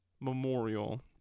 Memorial